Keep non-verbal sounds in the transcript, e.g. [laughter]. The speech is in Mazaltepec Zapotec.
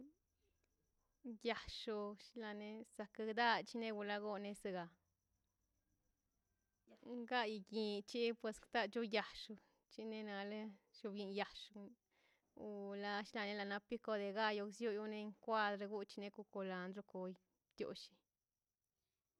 [noise] ya lloll zaka riall newa la gone saga ugain tich in kwaskacho yall chinale nale llubin yash on lall lena lena pico de gallo tionei kwatdo xguchi dan do koi